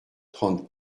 trente